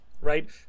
right